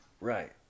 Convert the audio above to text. Right